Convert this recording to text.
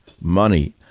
money